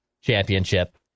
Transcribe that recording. championship